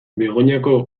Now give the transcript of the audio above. begoñako